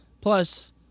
Plus